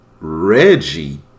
Reggie